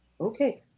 Okay